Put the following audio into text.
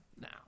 now